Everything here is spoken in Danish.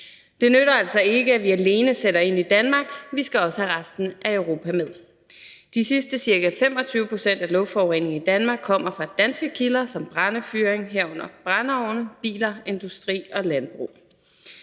Det nytter altså ikke, at vi alene sætter ind i Danmark. Vi skal også have resten af Europa med. De sidste ca. 25 pct. af luftforureningen i Danmark kommer fra danske kilder som brændefyring, herunder brændeovne, biler, industri og landbrug.